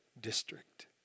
district